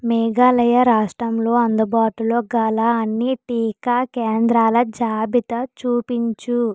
మేఘాలయ రాష్ట్రంలో అందుబాటులో గల అన్ని టీకా కేంద్రాల జాబితా చూపించుము